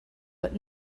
but